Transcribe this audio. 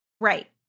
Right